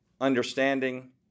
understanding